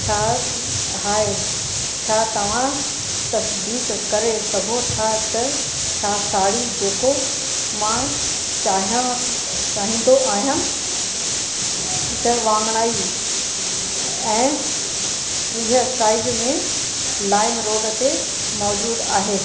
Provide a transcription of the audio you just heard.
छा हाय छा तवां तसिदीक़ करे सघो था त छा साड़ी जेको मां चाहियां चाहींदो आहियां मुखे वांगड़ाई ऐं टीह साइज़ में लाइमरोड ते मौजूदु आहे